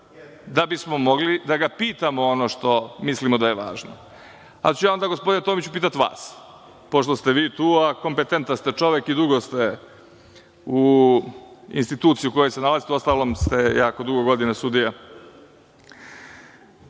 da bi smo mogli da ga pitamo ono što mislimo da je važno. Ja ću onda gospodine Tomiću pitati vas, pošto ste vi tu, a kompetentan ste čovek i dugo ste u instituciji u kojoj se nalazite, uostalom, jako ste dugo godina